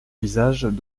visages